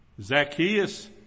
Zacchaeus